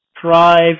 Thrive